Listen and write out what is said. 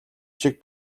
шиг